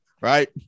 right